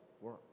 work